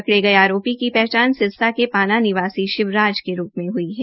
पकड़े गये आरोपी की पहचान सिरसा के पाना निवसी शिवराज के रूप में हुई है